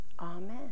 Amen